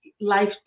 life